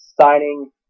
signing